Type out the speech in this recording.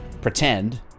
pretend